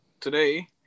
today